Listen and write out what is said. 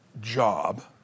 job